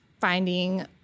finding